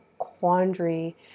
Quandary